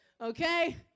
okay